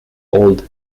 old